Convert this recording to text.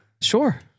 Sure